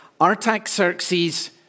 Artaxerxes